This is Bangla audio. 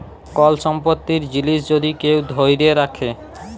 কল সম্পত্তির জিলিস যদি কেউ ধ্যইরে রাখে